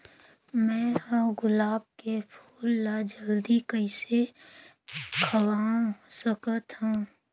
मैं ह गुलाब के फूल ला जल्दी कइसे खवाय सकथ हवे?